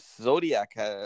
Zodiac